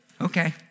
Okay